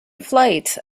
flight